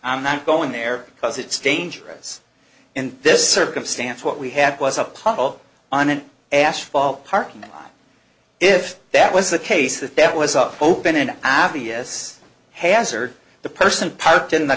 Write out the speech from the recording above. i'm not going there because it's dangerous in this circumstance what we had was a puddle on an asphalt parking lot if that was the case that that was a open and obvious hazard the person parked in the